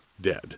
dead